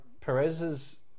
Perez's